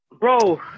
bro